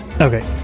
Okay